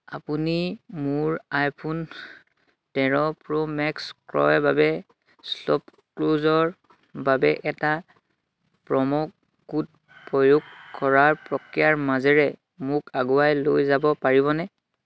আপুনি মোৰ আইফোন তেৰ প্ৰ' মেক্স ক্ৰয়ৰ বাবে শ্বপক্লুজৰ বাবে এটা প্ৰম' কোড প্ৰয়োগ কৰাৰ প্ৰক্ৰিয়াৰ মাজেৰে মোক আগুৱাই লৈ যাব পাৰিবনে